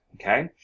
Okay